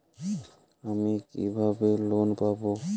আমি কিভাবে লোন পাব?